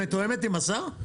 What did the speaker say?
את מתואמת עם השר?